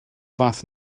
fath